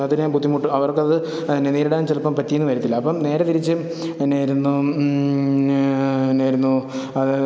അതിലെ ബുദ്ധിമുട്ട് അവർക്കത് എന്നാ നേരിടാൻ ചിലപ്പം പറ്റി എന്ന് വരില്ല അപ്പം നേരെ തിരിച്ച് എന്നായിരുന്നു എന്നായിരുന്നു അത്